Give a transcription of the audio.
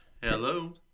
hello